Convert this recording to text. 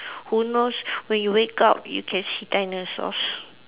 who knows when you wake up you can see dinosaurs